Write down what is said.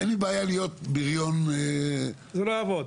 אין לי בעיה להיות בריון --- זה לא יעבוד.